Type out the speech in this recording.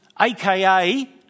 AKA